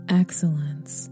excellence